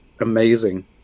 amazing